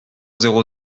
zéro